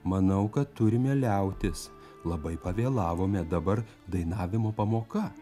manau kad turime liautis labai pavėlavome dabar dainavimo pamoka